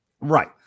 right